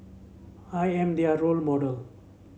I am their role model